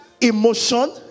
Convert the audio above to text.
emotion